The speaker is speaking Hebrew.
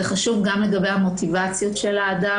זה חשוב גם לגבי המוטיבציה של האדם,